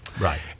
right